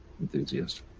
Enthusiast